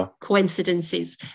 coincidences